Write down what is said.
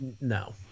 No